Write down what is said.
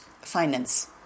finance